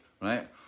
right